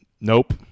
nope